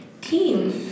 team